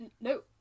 No